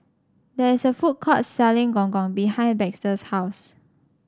there is a food court selling Gong Gong behind Baxter's house